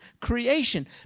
creation